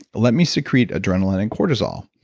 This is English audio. let me secrete adrenaline and cortisol.